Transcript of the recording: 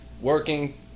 working